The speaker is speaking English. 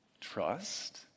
trust